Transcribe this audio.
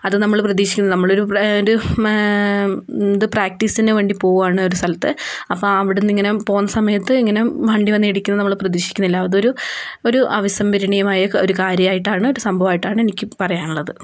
അത് നമ്മൾ പ്രതീക്ഷിക്കുന്നില്ല നമ്മളൊരു ഇത് പ്രാക്ടീസിന് വേണ്ടി പോവുകയാണ് ഒരു സ്ഥലത്ത് അപ്പോള് അവിടെ നിന്നിങ്ങനെ പോകുന്ന സമയത്ത് ഇങ്ങനെ വണ്ടി വന്നിടിക്കുമെന്ന് നമ്മള് പ്രതീക്ഷിക്കുന്നില്ല അതൊരു ഒരു അവിസ്മരണീയമായ ഒരു കാര്യമായിട്ടാണ് ഒരു സംഭവമായിട്ടാണ് എനിക്ക് പറയാനുള്ളത്